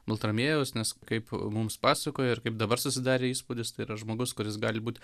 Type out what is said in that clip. baltramiejaus nes kaip mums pasakojo kaip dabar susidarė įspūdis tai yra žmogus kuris gali būt